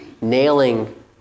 nailing